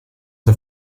the